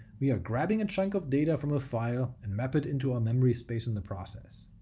we are grabbing a chunk of data from a file and map it into our memory space in the process.